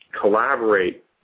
collaborate